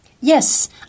Yes